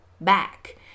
back